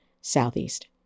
Southeast